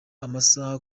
amasaha